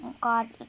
God